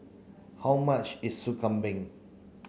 how much is Sop Kambing